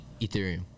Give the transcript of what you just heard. Ethereum